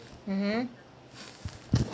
mmhmm